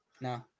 No